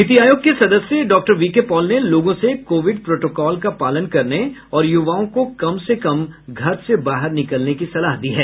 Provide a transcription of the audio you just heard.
नीति आयोग के सदस्य डॉ वीके पॉल ने लोगों से कोविड प्रोटोकॉल का पालन करने और युवाओं को कम से कम घर से बाहर निकलने की सलाह दी है